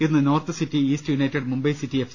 ഇന്ന് north city east united Mumbai city F